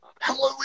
Hello